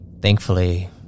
Thankfully